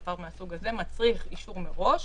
דבר מהסוג הזה מצריך אישור מראש,